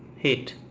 heat!